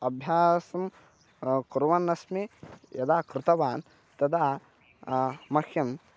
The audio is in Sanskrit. अभ्यासं कुर्वन्नस्मि यदा कृतवान् तदा मह्यं